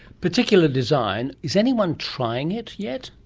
particular design. is anyone trying it yet?